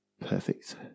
perfect